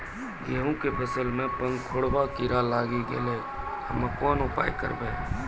गेहूँ के फसल मे पंखोरवा कीड़ा लागी गैलै हम्मे कोन उपाय करबै?